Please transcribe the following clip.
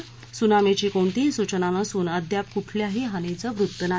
त्सुनामीची कोणतीही सूचना नसून अद्याप कुठल्याही हानीचं वृत्त नाही